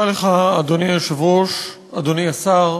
אדוני היושב-ראש, תודה לך, אדוני השר,